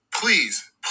please